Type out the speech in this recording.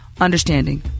understanding